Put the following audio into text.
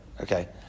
okay